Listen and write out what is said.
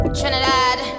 Trinidad